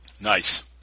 Nice